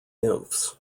nymphs